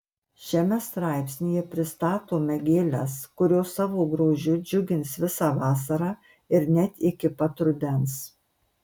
šiame straipsnyje pristatome gėles kurios savo grožiu džiugins visą vasarą ir net iki pat rudens